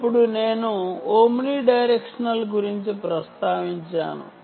అప్పుడు నేను omnidirectional గురించి ప్రస్తావించాను